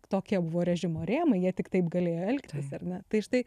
tokie buvo režimo rėmai jie tik taip galėjo elgtis ar ne tai štai